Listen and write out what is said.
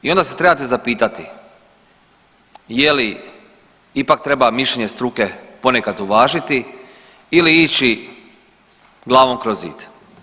I onda se trebate zapitati je li ipak treba mišljenje struke ponekad uvažiti ili ići glavom kroz zid?